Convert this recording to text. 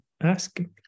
asking